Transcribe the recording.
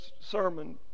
sermon